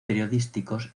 periodísticos